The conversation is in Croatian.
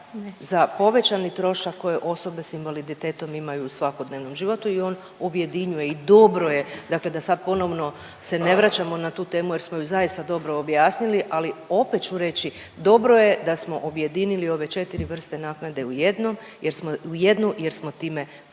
za povećani trošak koje osobe sa invaliditetom imaju u svakodnevnom životu i on objedinjuje i dobro je, dakle da sad ponovno se ne vraćamo na tu temu, jer smo ju zaista dobro objasnili. Ali opet ću reći dobro je da smo objedinili ove 4 vrste naknade u jednu, jer smo time pojednostavili